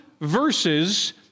verses